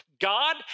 God